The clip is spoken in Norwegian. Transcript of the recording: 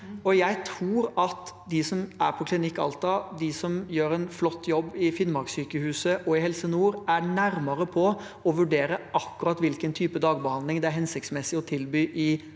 jeg tror at de som er på Klinikk Alta, de som gjør en flott jobb i Finnmarkssykehuset og i Helse nord, er nærmere til å kunne vurdere akkurat hvilken type dagbehandling det er hensiktsmessig å tilby i